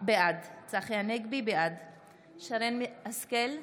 בעד שרן מרים השכל,